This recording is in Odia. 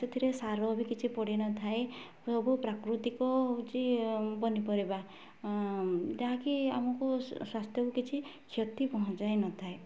ସେଥିରେ ସାର ବି କିଛି ପଡ଼ିନଥାଏ ସବୁ ପ୍ରାକୃତିକ ହେଉଛି ପନିପରିବା ଯାହାକି ଆମକୁ ସ୍ୱାସ୍ଥ୍ୟକୁ କିଛି କ୍ଷତି ପହଞ୍ଚାଇନଥାଏ